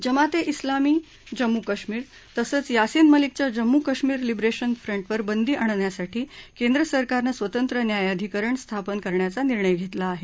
जमाते ए ञिलामी जम्मू कश्मीर तसंच यासिन मलिकच्या जम्मू कश्मीर लिबरेशन फ्रंटवर बंदी आणण्यासाठी केंद्र सरकारनं स्वतंत्र न्यायाधिकरण स्थापन करण्याचा निर्णय घेतला आहे